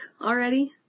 already